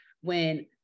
When-